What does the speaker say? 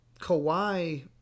Kawhi